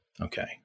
okay